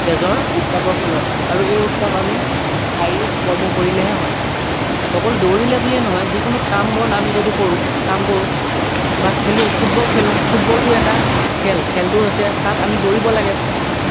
তেজৰ উত্তাপৰ ফলত আৰু এই উত্তাপ আমি শাৰীৰিক কৰ্ম কৰিলেহে হয় অকল দৌৰিলে বুলিয়ে নহয় যিকোনো কাম বন আমি যদি কৰোঁ কাম কৰোঁ বা খেলোঁ ফুটবল খেলোঁ ফুটবলটো এটা খেল খেলটো হৈছে তাত আমি দৌৰিব লাগে